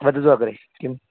वदतु अग्रे किम्